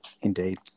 indeed